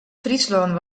fryslân